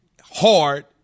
hard